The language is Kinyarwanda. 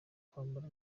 kwambara